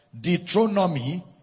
Deuteronomy